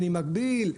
אני מגביל,